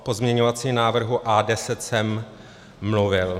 O pozměňovacím návrhu A10 jsem mluvil.